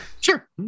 Sure